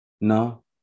No